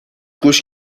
گوش